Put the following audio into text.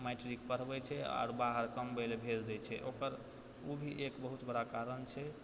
मैट्रीके पढ़बै छै आओर बाहर कमबैले भेजि दै छै ओकर उ भी एक बहुत बड़ा कारण छै